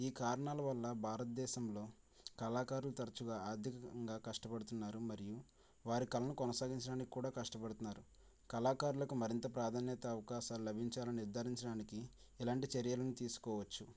ఈ కారణాల వల్ల భారతదేశంలో కళాకారులు తరచుగా ఆర్థికంగా కష్టపడుతున్నారు మరియు వారి కళలు కొనసాగించడానికి కూడా కష్టపడుతున్నారు కళాకారులకు మరింత ప్రాధాన్యత అవకాశాలు లభించాలని నిర్దారించడానికి ఇలాంటి చర్యలను తీసుకోవచ్చు